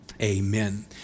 Amen